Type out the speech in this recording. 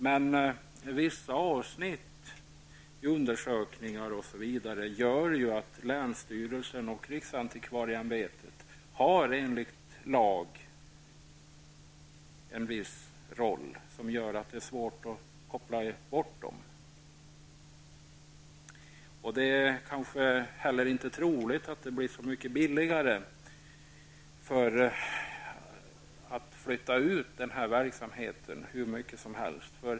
Men vissa avsnitt i undersökningar osv. gör att länsstyrelsen och riksantikvarieämbetet enligt lag har en viss roll, som gör att det är svårt att koppla bort dem. Det är inte heller troligt att det blir så mycket billigare om verksamheten flyttas ut hur mycket som helst.